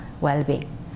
well-being